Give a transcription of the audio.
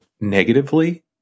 negatively